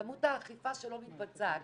כמות האכיפה שלא מתבצעת,